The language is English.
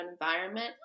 environment